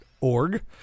org